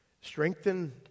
Strengthen